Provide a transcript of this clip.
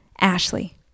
Ashley